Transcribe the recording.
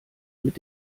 mit